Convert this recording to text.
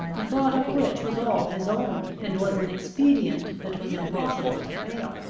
the thought of which was all his own, and was an expedient that was impossible to fail.